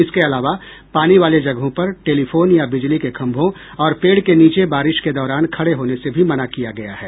इसके अलावा पानी वाले जगहों पर टेलिफोन या बिजली के खंभों और पेड़ के नीचे बारिश के दौरान खड़े होने से भी मना किया गया है